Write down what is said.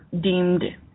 deemed